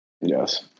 Yes